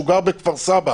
הוא גר בכפר סבא